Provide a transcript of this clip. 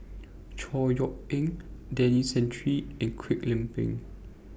Chor Yeok Eng Denis Santry and Kwek Leng Beng